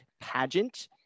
pageant